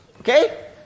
Okay